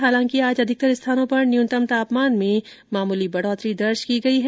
हालांकि आज अधिकतर स्थानों पर न्यूनतम तापमान में बढ़ोतरी दर्ज की गई है